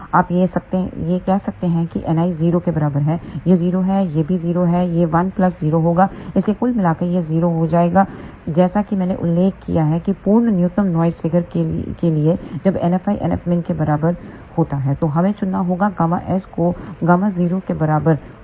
आप कह सकते हैं कि Ni 0 के बराबर है यह 0 है यह भी 0 है यह 1 प्लस 0 होगा इसलिए कुल मिलाकर यह 0 हो जाएगा जैसा कि मैंने उल्लेख किया है कि पूर्ण न्यूनतम नॉइस फिगर के लिए जब NFi NFminके बराबर होता है तो हमें चुनना होगा ΓS को Γ0 के बराबर OK